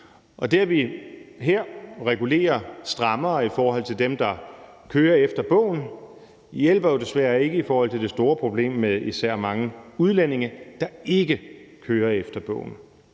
Og det, at vi her regulerer strammere i forhold til dem, der kører efter bogen, hjælper jo desværre ikke i forhold til det store problem med især mange udlændinge, der ikke kører efter bogen.